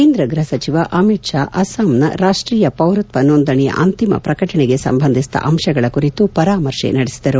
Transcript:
ಕೇಂದ್ರ ಗೃಹ ಸಚಿವ ಅಮಿತ್ ಶಾ ಅಸ್ಲಾಂನ ರಾಷ್ಟೀಯ ಪೌರತ್ವ ನೋಂದಣಿಯ ಅಂತಿಮ ಪ್ರಕಟಣೆಗೆ ಸಂಬಂಧಿಸಿದ ಅಂಶಗಳ ಕುರಿತು ಪರಾಮರ್ಶೆ ನಡೆಸಿದರು